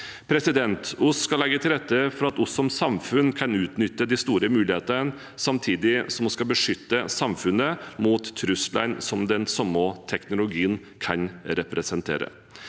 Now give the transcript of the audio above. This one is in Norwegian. være det. Vi skal legge til rette for at vi som samfunn kan utnytte de store mulighetene, samtidig som vi skal beskytte samfunnet mot truslene som den samme teknologien kan representere.